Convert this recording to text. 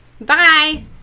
Bye